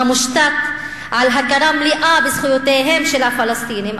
המושתת על הכרה מלאה בזכויותיהם של הפלסטינים,